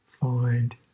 find